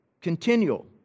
continual